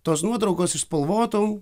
tos nuotraukos iš spalvotų